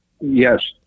Yes